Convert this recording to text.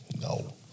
No